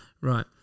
Right